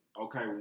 Okay